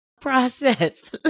process